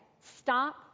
stop